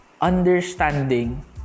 understanding